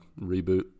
reboot